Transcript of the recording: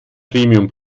premium